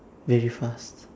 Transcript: very fast